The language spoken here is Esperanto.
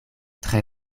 tre